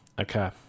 Okay